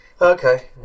okay